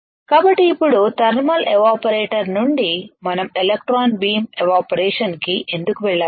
కాబట్టి ఇప్పుడు thermal evaporator నుండి మనం ఎలక్ట్రాన్ బీమ్ ఎవాపరేషన్ కి ఎందుకు వెళ్ళాలి